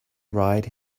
right